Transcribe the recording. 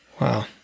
Wow